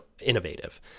innovative